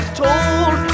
told